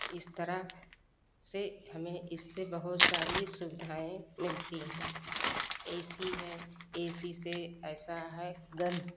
इस तरह से हमें बहुत सारी सुविधाएँ मिलती है ए सी है ए सी से ऐसा है गर